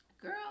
girl